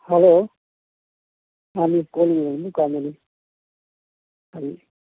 hello ꯃꯥꯅꯤ call ꯂꯤꯛ ꯌꯣꯟꯕ ꯗꯨꯀꯥꯟꯗꯨꯅꯤ ꯀꯔꯤ